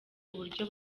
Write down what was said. uburyo